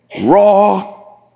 raw